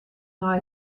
nei